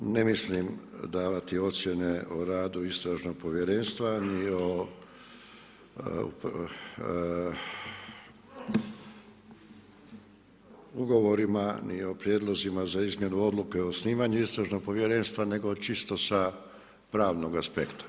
Ne mislim davati ocjene i radu Istražnog povjerenstva ni o ugovorima, ni o prijedlozima za izmjenu odluke o osnivanju Istražnog povjerenstva nego čisto sa pravnoga aspekta.